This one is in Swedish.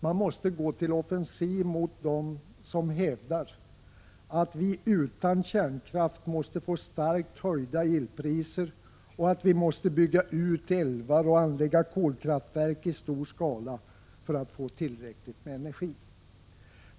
Man måste gå till offensiv mot dem som hävdar att vi utan kärnkraft måste få starkt höjda elpriser och att vi måste bygga ut älvar och anlägga kolkraftverk i stor skala för att få tillräckligt med energi.